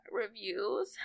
reviews